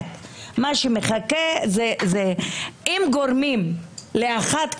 אם גורמים לאחת כמוני,